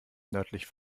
nördlich